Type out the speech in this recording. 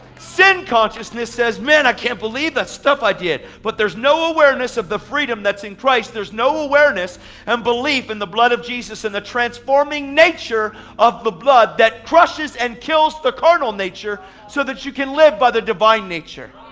sin consciousness says man, i can't believe the stuff i did. but there's no awareness of the freedom that's in christ, there's no awareness and belief in and the blood of jesus and the transforming nature of the blood that crushes and kills the carnal nature so that you can live by the divine nature.